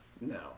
No